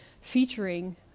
featuring